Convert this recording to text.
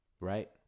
Right